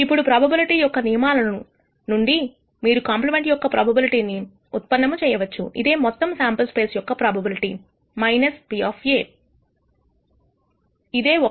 ఇప్పుడు ప్రోబబిలిటీ యొక్క నియమాలను నుండి మీరు కాంప్లిమెంట్ యొక్క ప్రోబబిలిటీ ని ఉత్పన్నము చేయవచ్చు ఇదే మొత్తం శాంపుల్ స్పేస్ యొక్క ప్రోబబిలిటీ P ఇదే ఒకటి